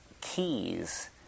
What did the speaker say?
keys